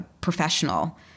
professional